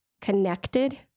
connected